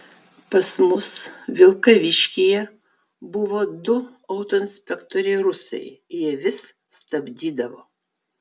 pas mus vilkaviškyje buvo du autoinspektoriai rusai jie vis stabdydavo